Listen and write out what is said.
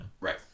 right